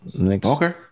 Okay